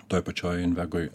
toj pačioj invegoj